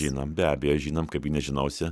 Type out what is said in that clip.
žinom be abejo žinom kaip gi nežinosi